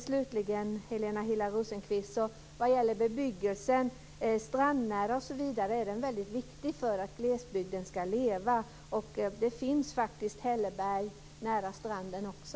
Slutligen, Helena Hillar Rosenqvist: Den strandnära bebyggelsen är väldigt viktig för att glesbygden ska leva. Det finns hälleberg nära stranden också.